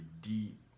deep